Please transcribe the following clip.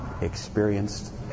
experienced